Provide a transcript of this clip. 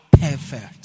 perfect